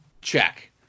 check